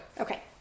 okay